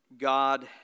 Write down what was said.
God